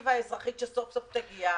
לאלטרנטיבה אזרחית, שסוף סוף תגיע.